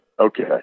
Okay